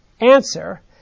Answer